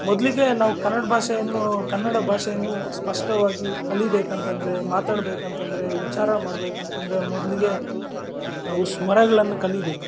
ಮೊದಲಿಗೆ ನಾವು ಕನ್ನಡ ಭಾಷೆಯನ್ನು ಕನ್ನಡ ಭಾಷೆಯನ್ನು ಸ್ಪಷ್ಟವಾಗಿ ಕಲೀಬೇಕಂತಂದರೆ ಮಾತಾಡಬೇಕಂತಂದ್ರೆ ಉಚ್ಛಾರ ಮಾಡಬೇಕಂತಂದ್ರೆ ಮೊದಲಿಗೆ ನಾವು ಸ್ವರಗಳನ್ನು ಕಲೀಬೇಕು